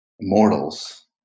mortals